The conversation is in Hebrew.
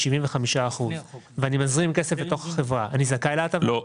75% ואני מזרים כסף לתוך החברה אני זכאי להטבות?